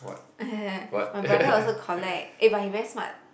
my brother also collect eh but he very smart